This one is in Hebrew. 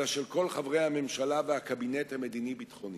אלא של כל חברי הממשלה והקבינט המדיני-ביטחוני.